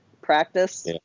practice